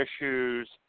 issues